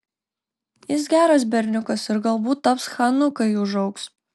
jis geras berniukas ir galbūt taps chanu kai užaugs